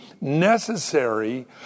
necessary